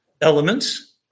elements